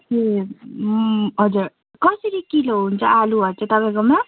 ए हजुर कसरी किलो हुन्छ आलुहरू चाहिँ तपाईँकोमा